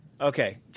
Okay